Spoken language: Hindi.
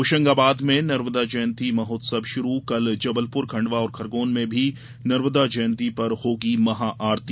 होशंगाबाद में नर्मदा जयंती महोत्सव शुरू कल जबलपुर खंडवा और खरगोन में भी नर्मदा जयंती पर होगी महाआरती